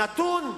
זה נתון,